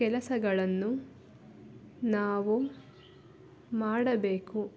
ಕೆಲಸಗಳನ್ನು ನಾವು ಮಾಡಬೇಕು